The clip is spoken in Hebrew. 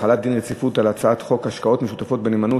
9, בצירוף הקול שלי, אין מתנגדים, אין נמנעים.